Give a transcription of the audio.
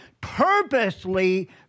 purposely